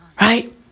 Right